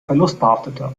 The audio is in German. verlustbehaftete